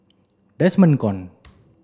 Desmond Kon